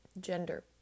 gender